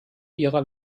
ihrer